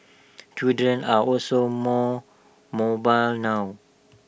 children are also more mobile now